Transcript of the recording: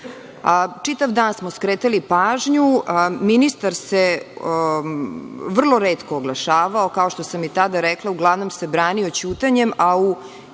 dan smo skretali pažnju, ministar se vrlo retko oglašavao, kao što sam i tada rekla, uglavnom se branio ćutanjem,